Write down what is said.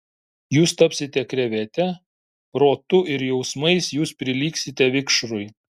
jūs tapsite krevete protu ir jausmais jūs prilygsite vikšrui